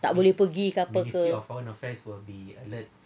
tak boleh pergi ke apa